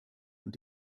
und